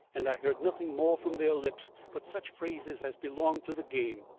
and i heard nothing more from their lips, but such phrases as belong to the game.